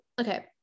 okay